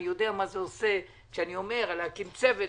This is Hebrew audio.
אני יודע מה זה עושה כשאני אומר להקים צוות.